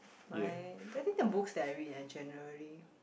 why do you think the books that I read are generally